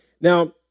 Now